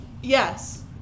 Yes